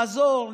לעזור,